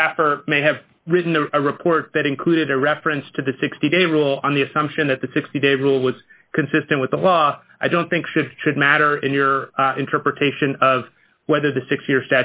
staffer may have written the report that included a reference to the sixty day rule on the assumption that the sixty day rule was consistent with the law i don't think should should matter in your interpretation of whether the six year